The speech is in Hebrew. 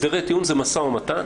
הסדרי טיעון זה משא ומתן